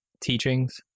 teachings